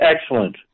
excellent